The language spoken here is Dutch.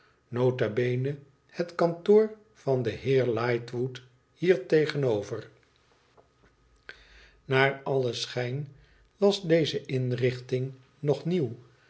het kantoor van den heer lightwood hier tegenover naar allen schijn was deze inrichting nog